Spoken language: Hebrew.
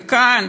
וכאן,